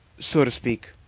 so to speak,